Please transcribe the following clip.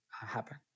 happen